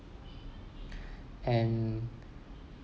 and